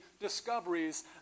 discoveries